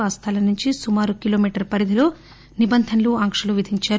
ఆ స్వలం నుంచి సుమారు కిలోమీటరు పరిధిలో నిబంధ ఆంక్షలు విధించారు